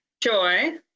Joy